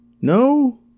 No